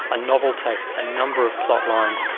a novel takes a number of plotlines.